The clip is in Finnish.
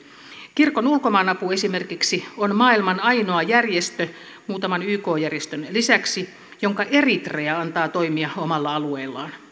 kirkon ulkomaanapu esimerkiksi on maailman ainoa järjestö muutaman yk järjestön lisäksi jonka eritrea antaa toimia omalla alueellaan